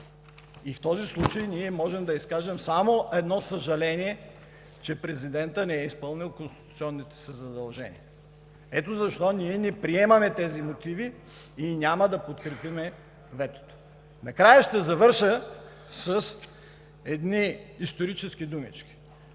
И в този случай ние можем да изкажем само едно съжаление, че президентът не е изпълнил конституционните си задължения. Ето защо ние не приемаме тези мотиви и няма да подкрепим ветото. Накрая ще завърша с едни исторически думички.